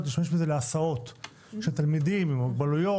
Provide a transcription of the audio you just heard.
להשתמש בזה להסעות של תלמידים עם מוגבלויות,